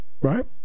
Right